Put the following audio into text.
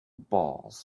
balls